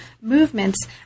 movements